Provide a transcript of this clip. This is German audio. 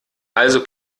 also